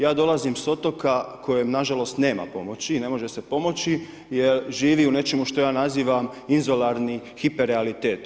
Ja dolazim s otoka kojem nažalost, nema pomoći i ne može se pomoći jer živi u nečemu što ja nazivam izolarni hiperrealitet.